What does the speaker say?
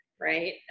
right